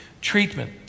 treatment